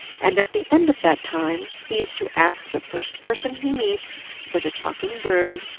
and at the end of that time, he is to ask the first person he meets for the talking bird,